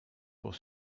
pour